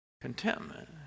Contentment